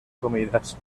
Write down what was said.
comidas